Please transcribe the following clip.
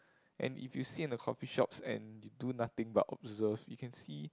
and if you sit in the coffee shops and do nothing but observe you can see